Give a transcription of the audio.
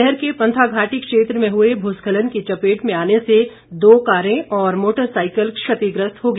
शहर के पंथाघाटी क्षेत्र में हुए भूस्खलन की चपेट में आने से दो कारे और मोटरसाईकिल क्षतिग्रस्त हो गया